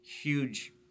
huge